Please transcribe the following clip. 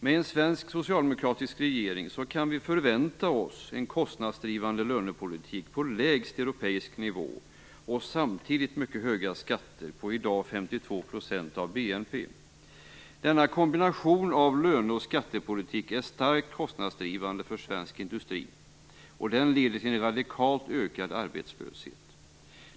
Med en svensk socialdemokratisk regering kan vi förvänta oss en kostnadsdrivande lönepolitik på lägst europeisk nivå och samtidigt mycket höga skatter på i dag 52 % av BNP. Denna kombination av löne och skattepolitik är starkt kostnadsdrivande för svensk industri och leder till en radikalt ökad arbetslöshet.